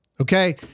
Okay